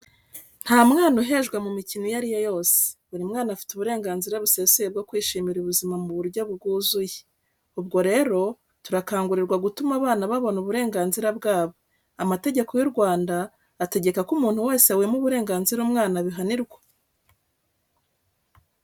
Nta mwana uhejwe mu mikino iyo ariyo yose. Buri mwana afite uburenganzira busesuye bwo kwishimira ubuzima mu buryo bwuzuye. Ubwo rero turakangurirwa gutuma abana babona uburenganzira bwabo. Amategeko y'u Rwanda ategeka ko umuntu wese wima uburenganzira umwana abihanirwa.